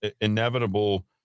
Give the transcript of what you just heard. inevitable